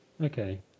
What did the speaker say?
Okay